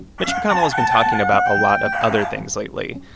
mitch mcconnell has been talking about a lot of other things lately,